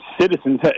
citizens